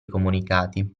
comunicati